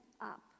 up